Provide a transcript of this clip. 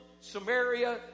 Samaria